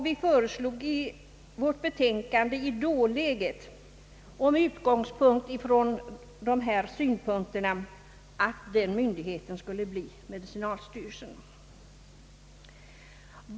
Vi föreslog i vårt betänkande i dåläget och med utgångspunkt från dessa synpunkter att den myndigheten skulle bli medicinalstyrelsen.